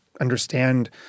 understand